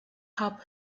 hub